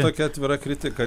tokia atvira kritika